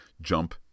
jump